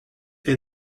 est